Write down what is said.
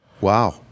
Wow